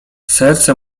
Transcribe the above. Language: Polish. serce